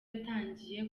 yatangiye